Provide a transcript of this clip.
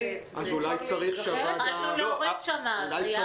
אפשר גם להוריד שם, הייתה הורדה משמעותית.